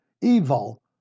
evil